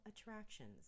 attractions